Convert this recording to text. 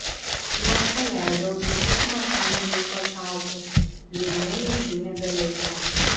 vos paleidau visu smarkumu dušo čiaupus liūdnų minčių nebeliko